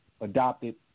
adopted